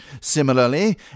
Similarly